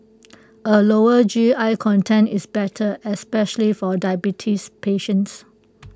A lower G I content is better especially for diabetes patients